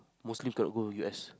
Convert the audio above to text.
Muslim cannot go U_S